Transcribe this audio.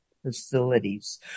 facilities